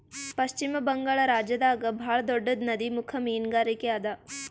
ಪಶ್ಚಿಮ ಬಂಗಾಳ್ ರಾಜ್ಯದಾಗ್ ಭಾಳ್ ದೊಡ್ಡದ್ ನದಿಮುಖ ಮೀನ್ಗಾರಿಕೆ ಅದಾ